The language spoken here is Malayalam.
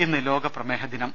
ഇന്ന് ലോക പ്രമേഹദിനം